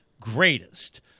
greatest